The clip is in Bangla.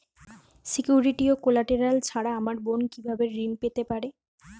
সিকিউরিটি ও কোলাটেরাল ছাড়া আমার বোন কিভাবে কৃষি ঋন পেতে পারে?